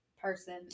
person